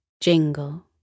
Jingle